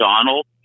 Donald